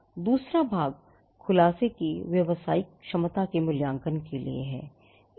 दूसरा भाग खुलासे की व्यावसायिक क्षमता का मूल्यांकन करने के लिए है